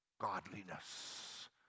godliness